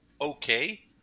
okay